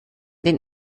den